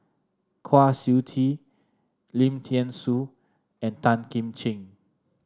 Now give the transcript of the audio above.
Kwa Siew Tee Lim Thean Soo and Tan Kim Ching